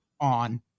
on